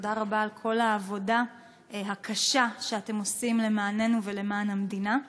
ותודה רבה על כל העבודה הקשה שאתם עושים למעננו ולמען המדינה.